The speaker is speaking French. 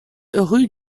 rue